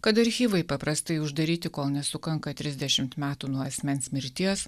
kad archyvai paprastai uždaryti kol nesukanka trisdešimt metų nuo asmens mirties